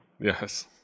Yes